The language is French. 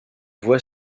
voie